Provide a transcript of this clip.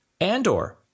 Andor